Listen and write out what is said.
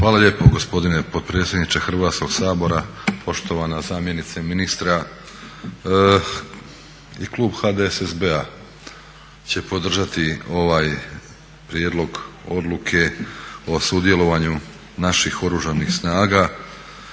Hvala lijepo gospodine potpredsjedniče Hrvatskog sabora, poštovana zamjenice ministra. I klub HDSSB-a će podržati ovaj prijedlog odluke o sudjelovanju naših Oružanih snaga